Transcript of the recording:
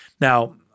Now